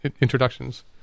introductions